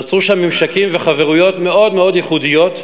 נוצרו שם ממשקים וחברויות מאוד מאוד ייחודיים,